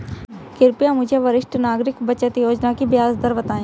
कृपया मुझे वरिष्ठ नागरिक बचत योजना की ब्याज दर बताएं